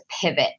pivot